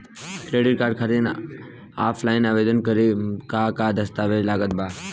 Credit card खातिर offline आवेदन करे म का का दस्तवेज लागत बा?